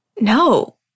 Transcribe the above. No